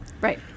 Right